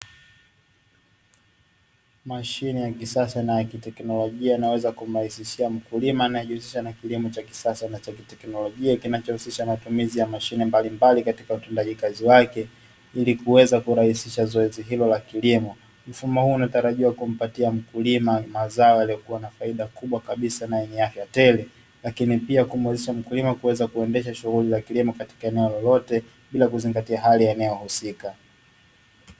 Mashine ya kisasa na teknolojia inaweza kumalizishia mkulima najihusisha na kilimo cha kisasa na cha kiteknologia kinachohusisha matumizi ya mashine mbalimbali, katika utendaji kazi wake, ili kuweza kurahisisha zoezi hilo la kilimo mfumo unatarajiwa kumpatia mkulima mazao, yaliyokuwa yana faida kubwa kabisa na yenye afya tele lakini pia kumwezesha mkulima kuweza kuendesha shughuli za kilimo katika eneo lolote bila kuzingatia hali ya eneo husika.